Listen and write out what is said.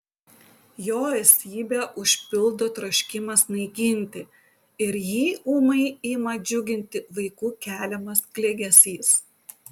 jo esybę užpildo troškimas naikinti ir jį ūmai ima džiuginti vaikų keliamas klegesys